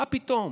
מה פתאום.